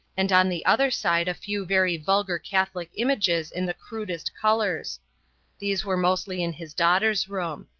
and on the other side a few very vulgar catholic images in the crudest colours these were mostly in his daughter's room.